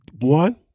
one